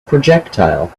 projectile